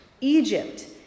Egypt